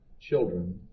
children